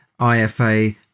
IFA